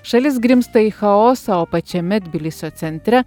šalis grimzta į chaosą o pačiame tbilisio centre